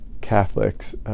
Catholics